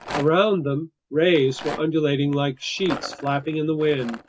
around them, rays were undulating like sheets flapping in the wind,